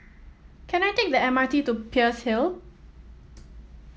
can I take the M R T to Peirce Hill